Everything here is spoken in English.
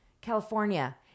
California